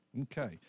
Okay